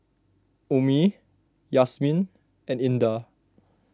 Ummi Yasmin and Indah